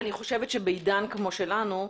אני חושבת שבעידן כמו שלנו,